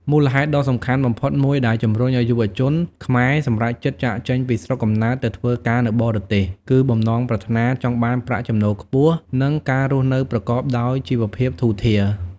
មូលហេតុដ៏សំខាន់បំផុតមួយដែលជំរុញឱ្យយុវជនខ្មែរសម្រេចចិត្តចាកចេញពីស្រុកកំណើតទៅធ្វើការនៅបរទេស គឺបំណងប្រាថ្នាចង់បានប្រាក់ចំណូលខ្ពស់ និងការរស់នៅប្រកបដោយជីវភាពធូរធារ។